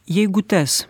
jeigu tas